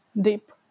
deep